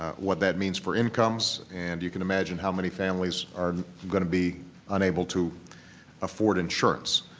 what that means for incomes, and you can imagine how many families are going to be unable to afford insurance.